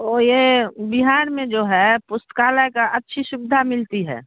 तो ये बिहार में जो है पुस्तकालय का अच्छी सुविधा मिलती है